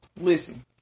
listen